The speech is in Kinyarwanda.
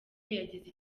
yagize